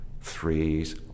threes